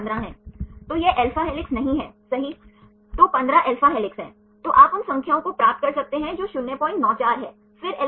यदि आप alpha helix के अलावा इन संरचनाओं को देखते हैं तो कुछ ऐसे हैं जहां हाइड्रोजन संबंध पैटर्न के आधार पर अन्य हेलिक्स भी मौजूद हैं